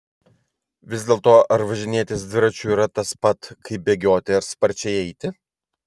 vis dėlto ar važinėtis dviračiu yra tas pat kaip bėgioti ar sparčiai eiti